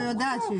כן.